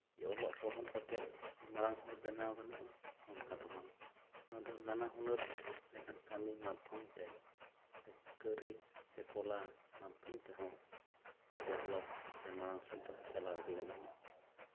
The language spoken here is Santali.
ᱡᱮ ᱚᱞᱚᱜ ᱯᱚᱲᱦᱚᱱ ᱠᱟᱛᱮᱜ ᱢᱟᱨᱟᱝ ᱦᱚᱲ ᱵᱮᱱᱟᱣ ᱜᱟᱱᱚᱜᱼᱟ ᱱᱚᱣᱟ ᱫᱚ ᱱᱟᱱᱟ ᱦᱩᱱᱟᱹᱨ ᱢᱤᱫᱴᱟᱱ ᱠᱟᱢᱤ ᱢᱟᱫᱽᱫᱷᱚᱢᱛᱮ ᱥᱮ ᱠᱟᱹᱨᱤ ᱥᱮ ᱠᱚᱞᱟ ᱢᱟᱫᱽᱫᱷᱚᱢ ᱛᱮᱦᱚᱸ ᱰᱮᱵᱷᱞᱚᱯ ᱥᱮ ᱢᱟᱲᱟᱝ ᱥᱮᱱ ᱫᱚ ᱪᱟᱞᱟᱣ ᱤᱫᱤ ᱜᱟᱱᱚᱜᱼᱟ